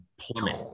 plummet